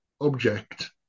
object